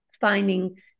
finding